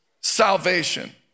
salvation